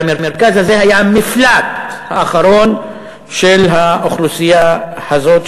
והמרכז הזה היה המפלט האחרון של האוכלוסייה הזאת,